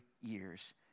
years